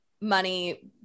money